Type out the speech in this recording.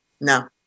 No